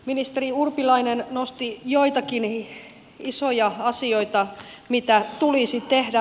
ministeri urpilainen nosti joitakin isoja asioita mitä tulisi tehdä